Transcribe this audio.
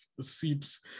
seeps